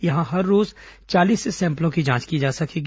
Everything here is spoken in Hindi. यहां हर रोज चालीस सैंपलों की जांच की जा सकेगी